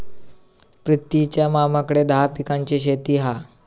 प्रितीच्या मामाकडे दहा पिकांची शेती हा